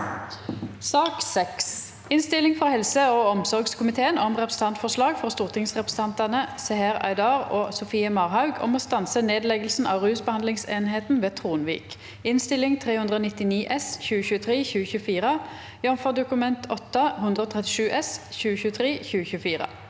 Innstilling fra helse- og omsorgskomiteen om Repre- sentantforslag fra stortingsrepresentantene Seher Aydar og Sofie Marhaug om å stanse nedleggelsen av rusbe- handlingsenheten ved Tronvik (Innst. 399 S (2023– 2024), jf. Dokument 8:137 S (2023–2024))